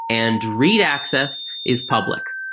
and read access is public.